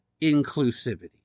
inclusivity